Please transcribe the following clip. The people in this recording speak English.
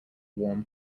warm